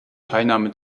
teilnahme